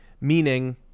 meaning